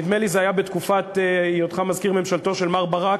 נדמה לי שזה היה בתקופת היותך מזכיר ממשלתו של מר ברק,